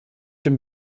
dem